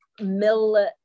mill